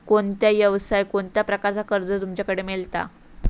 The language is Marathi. कोणत्या यवसाय कोणत्या प्रकारचा कर्ज तुमच्याकडे मेलता?